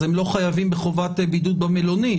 אז הם לא חייבים בחובת בידוד במלונית,